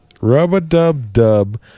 Rub-A-Dub-Dub